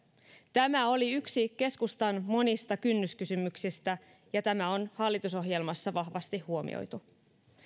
tämä oli yksi keskustan monista kynnyskysymyksistä ja tämä on hallitusohjelmassa vahvasti huomioitu